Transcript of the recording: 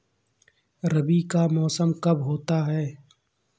रबी का मौसम कब होता हैं?